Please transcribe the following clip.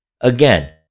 Again